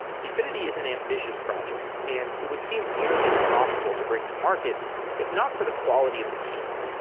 dfinity is an ambitious project and it would seem nearly impossible to bring to market if not for the quality of the team.